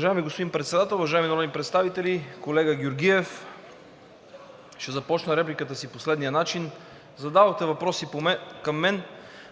Уважаеми господин Председател, уважаеми народни представители! Колега Георгиев, ще започна репликата си по следния начин. Задавате въпроси към мен,